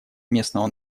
местного